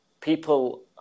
people